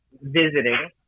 visiting